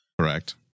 Correct